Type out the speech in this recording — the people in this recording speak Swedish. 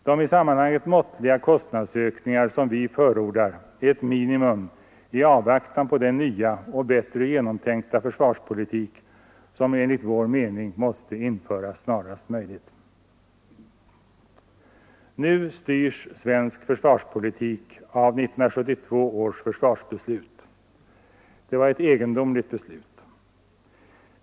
De i sammanhanget måttliga kostnadsökningar som vi förordar är ett minimum i avvaktan på den nya och bättre genomtänkta försvarspolitik som enligt vår mening måste inledas snarast möjligt. Nu styrs svensk försvarspolitik av 1972 års försvarsbeslut. Det var ett egendomligt beslut.